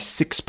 six